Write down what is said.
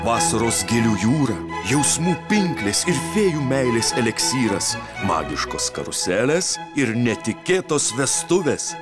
vasaros gėlių jūra jausmų pinklės ir fėjų meilės eliksyras magiškos karuselės ir netikėtos vestuvės